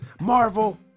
Marvel